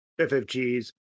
FFGs